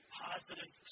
positive